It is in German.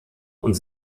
und